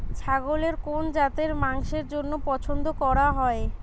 ছাগলের কোন জাতের মাংসের জন্য পছন্দ করা হয়?